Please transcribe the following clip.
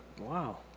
Wow